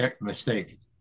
mistake